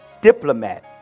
diplomat